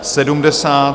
70.